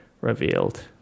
Revealed